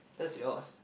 that's yours